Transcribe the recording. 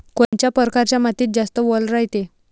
कोनच्या परकारच्या मातीत जास्त वल रायते?